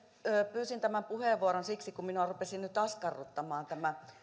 pyysin tämän puheenvuoron siksi kun minua rupesi askarruttamaan tämä